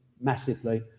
massively